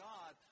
God